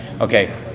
Okay